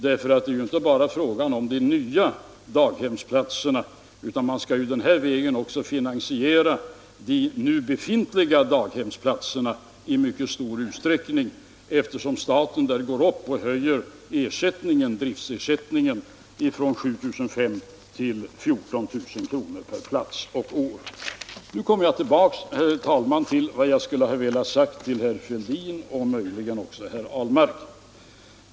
Det är nämligen inte bara fråga om de nya daghemsplatserna, utan man skall den här vägen också finansiera de nu befintliga daghemsplatserna i mycket stor utsträckning, eftersom staten höjer driftersättningen från 7 500 till 14 000 kr. per plats och år. Nu kommer jag tillbaka, herr talman, till vad jag skulle ha velat säga till herr Fälldin och möjligen också till herr Ahlmark.